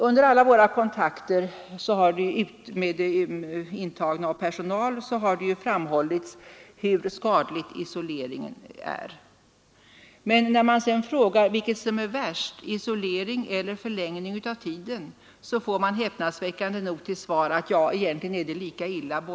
Under alla våra kontakter med intagna och personal har det framhållits hur skadlig isolering är. Men när man sedan frågar vilket som är värst: isolering eller förlängning av tiden, får man häpnadsväckande nog till svar att båda delarna egentligen är lika illa.